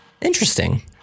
interesting